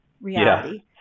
reality